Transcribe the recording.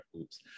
oops